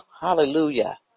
hallelujah